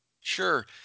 Sure